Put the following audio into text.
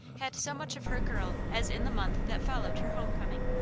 had so much of her girl as in the month that followed her home-coming.